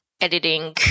editing